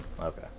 Okay